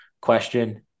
question